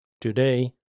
Today